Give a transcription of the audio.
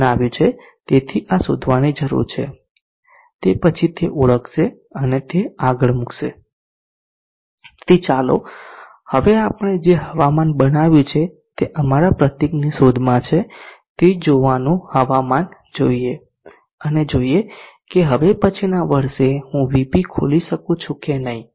બનાવ્યું છે તેથી આ શોધવાની જરૂર છે તે પછી તે ઓળખશે અને તે આગળ મૂકશે તેથી ચાલો હવે આપણે જે હવામાન બનાવ્યું છે તે અમારા પ્રતીકની શોધમાં છે તે જોવાનું હવામાન જોઈએ અને જોઈએ કે હવે પછીના વર્ષે હું VP ખોલી શકું કે નહીં